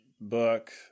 book